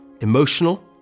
emotional